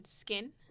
skin